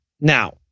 now